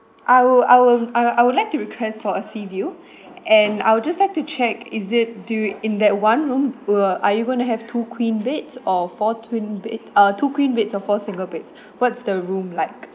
I would I would uh I would like to request for a sea view and I would just like to check is it do in that one room were are you going to have two queen beds or four twin bed uh two queen beds or four single beds what's the room like